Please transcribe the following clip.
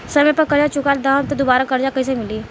समय पर कर्जा चुका दहम त दुबाराकर्जा कइसे मिली?